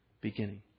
beginning